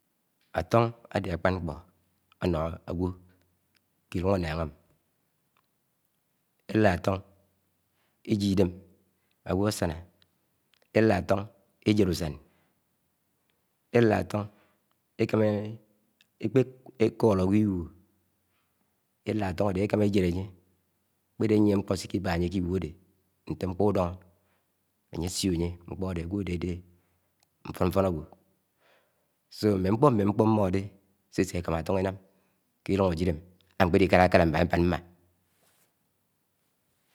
ńtọṉ áde ákṕa̱ṉ ṉḱpo áṉọ ágẉọ ḱí iluṇg ánnág ámi eĺád átọn ejẹd usan elad átọn ekạmạ ekṕe eḱo̱lo agwo igúo elad átọṇ áde ekámá ejed anye kpede anye nkṕo sé ki bá anye ke iguo ade, nte nḱpó udóho̱ áyesit anye nkpo ade ágẃọ áde áde nfon-nfo agwo. Mm̱e ṉkpo ṃṃe nkpo mmode se-sé ekámá áto̱ṉ eṉam ke llung ajid ámi amkpeli kálakálá mbábad mm̱a.